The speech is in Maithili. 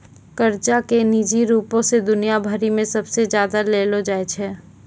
कर्जा के निजी रूपो से दुनिया भरि मे सबसे ज्यादा लेलो जाय छै